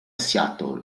seattle